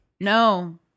No